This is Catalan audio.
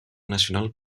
nacional